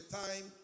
time